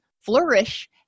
flourish